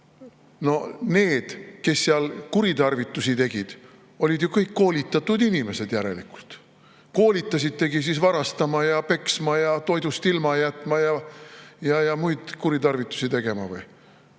Need, kes seal kuritarvitusi tegid, olid ju kõik järelikult koolitatud inimesed. Koolitasitegi siis varastama ja peksma ja toidust ilma jätma ja muid kuritarvitusi tegema või?